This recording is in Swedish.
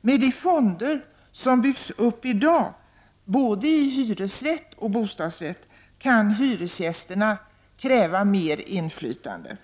Med de fonder som byggs upp i dag både i hyresrätter och i bostadsrätter kan hyresgästerna kräva mer inflytande.